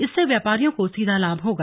इससे व्यापारियों को सीधा लाभ होगा